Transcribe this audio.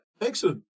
Excellent